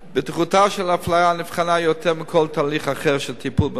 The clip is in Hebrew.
בטיחותה של ההפלרה נבחנה יותר מכל תהליך אחר של טיפול במים.